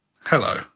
Hello